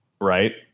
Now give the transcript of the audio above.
Right